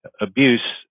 abuse